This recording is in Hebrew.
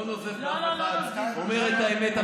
לא נוזף באף אחד, אומר את האמת.